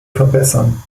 verbessern